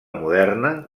moderna